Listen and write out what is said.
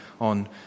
on